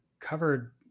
covered